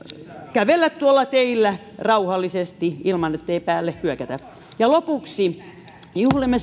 kävellä tuolla teillä rauhallisesti ilman että päälle hyökätään ja lopuksi juhlimme